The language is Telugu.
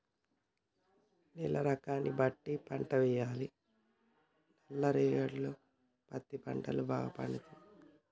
నేల రకాన్ని బట్టి పంట వేయాలి నల్ల రేగడిలో పత్తి పంట భాగ పండుతది